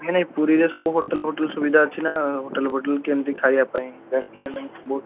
ନାଇ ନାଇ ପୁରୀରେ ସବୁ ହୋଟେଲ୍ଫୋଟେଲ୍ ସୁବିଧା ଅଛି ନା ହୋଟେଲ୍ଫୋଟେଲ୍ କେମିତି ଖାଇବାପାଇଁ ରେଷ୍ଟୁରେଣ୍ଟ ଏମିତି ବହୁତ